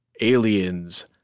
aliens